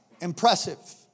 impressive